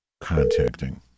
Contacting